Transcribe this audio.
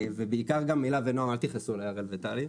ובעיקר גם אלה ונעם, אל תכעסו עלי הראל וטלי.